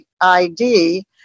ID